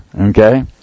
Okay